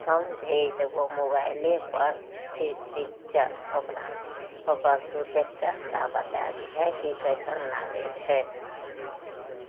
हम भेज देबौ मोबाइलेपर फि पिक्चर ओकर तोँ देखि कऽ हमरा बताए दिहेँ कि कैसन लागै छै